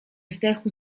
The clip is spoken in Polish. zdechł